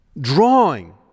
drawing